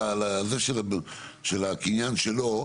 לקניין שלו,